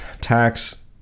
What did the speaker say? tax